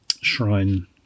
shrine